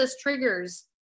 triggers